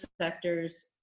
sectors